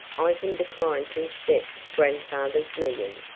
i can decline to accept grandfather's million.